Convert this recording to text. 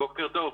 בוקר טוב.